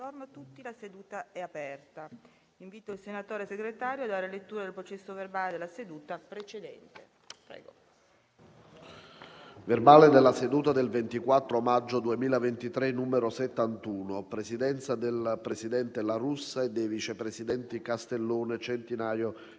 grazie a tutta